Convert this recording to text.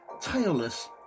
tailless